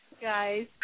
guys